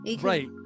right